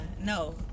no